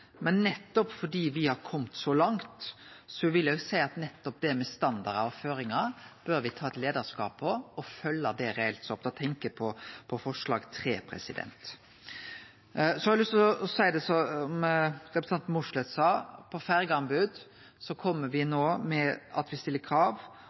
Men nettopp fordi me har kome så langt, vil eg jo seie at det med standardar og føringar bør me ta eit leiarskap på og følgje det opp reelt. Da tenkjer eg på forslag nr. 3. Så har eg lyst til å seie til det som representanten Mossleth sa: På ferjeanbod